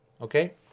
Okay